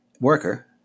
worker